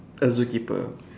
a zookeeper